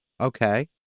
Okay